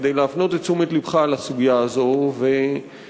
כדי להפנות את תשומת לבך לסוגיה הזאת ולשמוע